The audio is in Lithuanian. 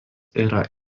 yra